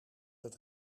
het